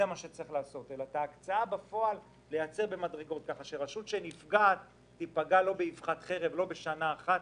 את ההקצאה בפועל נייצר במדרגות כך שהרשות לא תיפגע בשנה אחת,